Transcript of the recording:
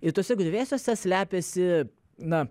ir tuose griuvėsiuose slepiasi na